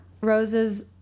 Rose's